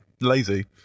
lazy